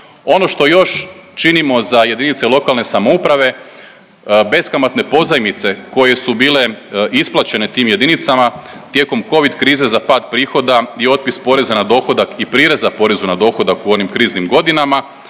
Ono što još činimo za jedinice lokalne samouprave beskamatne pozajmice koje su bile isplaćene tim jedinicama tijekom covid krize za pad prihoda i otpis poreza na dohodak i prireza porezu na dohodak u onim kriznim godinama,